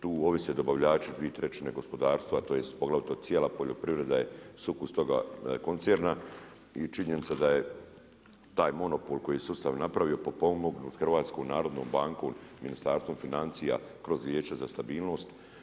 Tu ovise dobavljači dvije trećine gospodarstva tj. poglavito cijela poljoprivreda je sukus toga koncerna i činjenica da je taj monopol koji je sustav napravio potpomognut HNB-om, Ministarstvom financija kroz Vijeće za stabilnost.